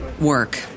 work